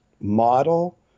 model